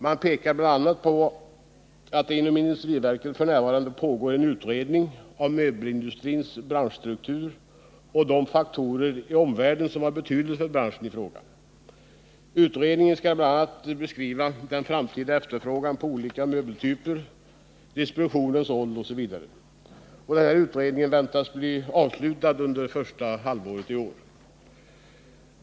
Man pekar bl.a. på att det inom industriverket f. n. pågår en utredning om möbelindustrins branschstruktur och de faktorer i omvärlden som är av betydelse för branschen i fråga. Utredningen skall bl.a. beskriva den framtida efterfrågan på olika möbeltyper, distributionens roll osv. Utredningen väntas bli avslutad under första halvåret i år.